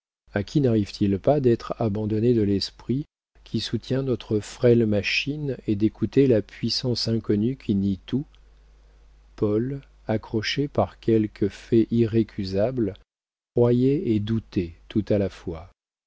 a qui n'arrive-t-il pas d'être abandonné de l'esprit qui soutient notre frêle machine et d'écouter la puissance inconnue qui nie tout paul accroché par quelques faits irrécusables croyait et doutait tout à la fois